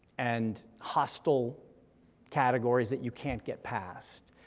and hostile categories that you can't get past.